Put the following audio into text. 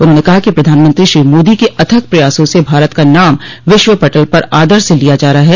उन्होंने कहा कि प्रधानमंत्री श्रो मोदी के अथक प्रयासों से भारत का नाम विश्व पटल पर आदर से लिया जा रहा है